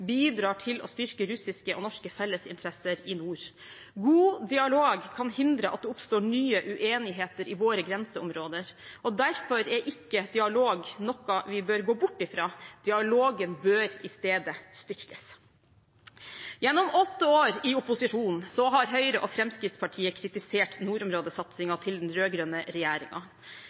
bidrar til å styrke russiske og norske fellesinteresser i nord. God dialog kan hindre at det oppstår nye uenigheter i våre grenseområder. Derfor er ikke dialog noe vi bør gå bort fra, dialogen bør i stedet styrkes. Gjennom åtte år i opposisjon har Høyre og Fremskrittspartiet kritisert nordområdesatsingen til den